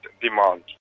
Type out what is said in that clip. demand